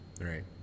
Right